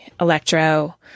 electro